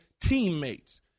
teammates